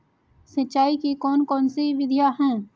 सिंचाई की कौन कौन सी विधियां हैं?